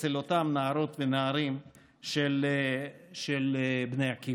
אצל אותם נערות ונערים של בני עקיבא.